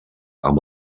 amb